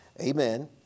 amen